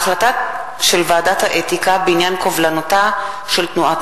החלטת ועדת האתיקה בעניין קובלנתה של תנועת